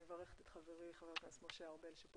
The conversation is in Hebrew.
אני מברכת את חברי ח"כ משה ארבל שכאן